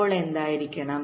അപ്പോൾ എന്തായിരിക്കണം